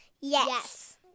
Yes